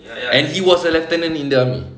and he was a lieutenant in the army